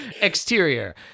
Exterior